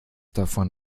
davon